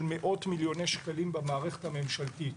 מאות מיליוני שקלים במערכת הממשלתית.